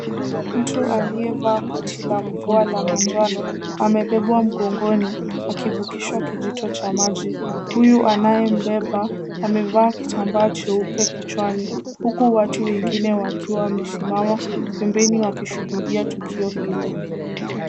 Mtu aliyevaa koti la mvua la manjano amebebwa mgongoni akivukishwa kijito cha maji. Huyu anayembeba amevaa kitambaa cheupe kichwani huku watu wengine wakiwa wamesimama pembeni wakishuhudia tukio hilo.